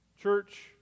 Church